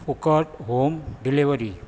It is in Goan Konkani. फुकट होम डिलिवरी